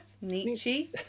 Nietzsche